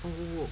oo